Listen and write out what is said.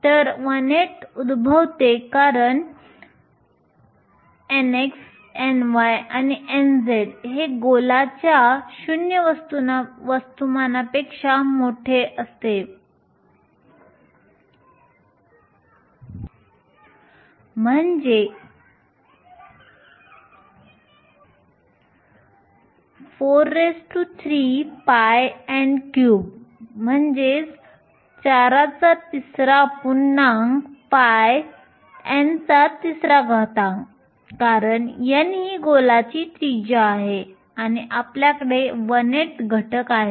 तर 18th उद्भवते कारण nx ny आणि nz हे गोलाच्या 0 वस्तुमानपेक्षा मोठे असते म्हणजे 43n3 कारण n ही गोलाची त्रिज्या आहे आणि आपल्याकडे 18thघटक आहे